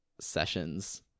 sessions